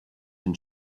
been